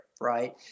right